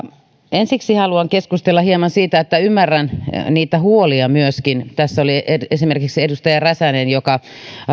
ensiksi haluan keskustella hieman siitä että ymmärrän niitä huolia myöskin tässä oli esimerkiksi edustaja räsänen joka